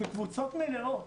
בקבוצות מלאות